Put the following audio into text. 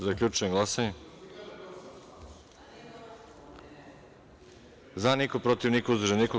Zaključujem glasanje: za – niko, protiv – niko, uzdržanih – nema.